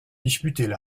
disputaient